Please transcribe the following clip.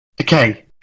okay